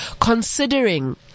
Considering